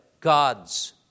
God's